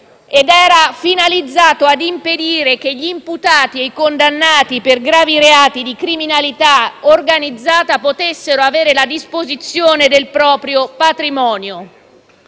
era finalizzato a impedire che gli imputati e i condannati per gravi reati di criminalità organizzata potessero avere la disposizione del proprio patrimonio.